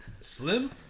slim